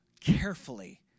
carefully